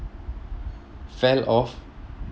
fell off